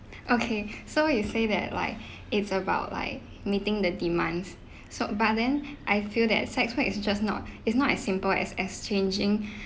okay so you say that like it's about like meeting the demands so but then I feel that sex work is just not is not as simple as exchanging